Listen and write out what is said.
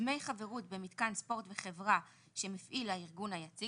דמי חברות במתקן ספורט וחברה שמפעיל הארגון היציג